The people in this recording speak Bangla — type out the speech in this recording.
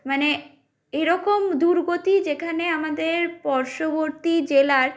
মানে এরকম দুর্গতি যেখানে আমাদের পার্শ্ববর্তী জেলার